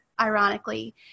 ironically